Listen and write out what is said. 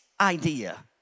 idea